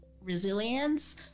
resilience